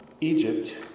Egypt